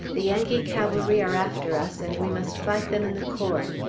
the yankee cavalry are after us, and we must fight them in the corn.